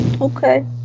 Okay